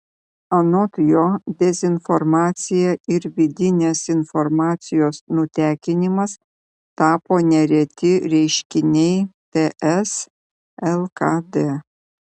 anot jo dezinformacija ir vidinės informacijos nutekinimas tapo nereti reiškiniai ts lkd